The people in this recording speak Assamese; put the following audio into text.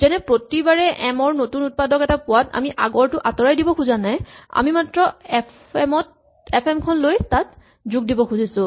যেনে প্ৰতিবাৰে এম ৰ নতুন উৎপাদক এটা পোৱাত আমি আগৰটো আতঁৰাই দিব খোজা নাই আমি মাত্ৰ থকা এফ এম খন লৈ তাত যোগ দিব খুজিছো